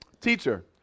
teacher